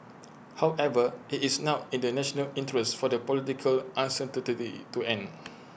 however IT is now in the national interest for the political uncertain to end